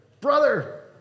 brother